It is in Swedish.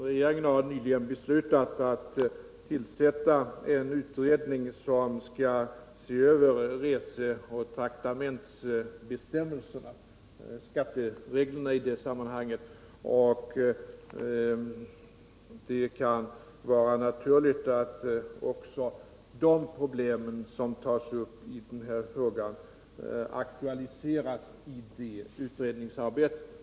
Regeringen har nyligen beslutat tillsätta en utredning, som skall se över skattereglerna i samband med rese och traktamentsbestämmelserna. Det kan vara naturligt att också de problem som tas upp i den här frågan aktualiseras i det utredningsarbetet.